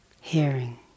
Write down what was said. hearing